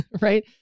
right